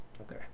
Okay